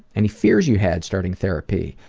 any fears you had starting therapy?